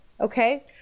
okay